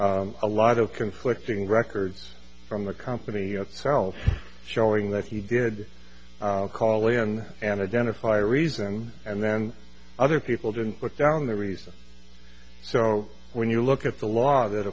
a lot of conflicting records from the company itself showing that he did call in and identify reason and then other people didn't put down the reason so when you look at the law that